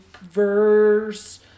verse